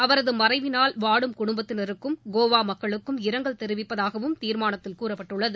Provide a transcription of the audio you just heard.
அவரது மறைவினால் வாடும் குடும்பத்தினருக்கும் கோவா மக்களுக்கும் இரங்கல் தெரிவிப்பதாகவும் தீர்மானத்தில் கூறப்பட்டுள்ளது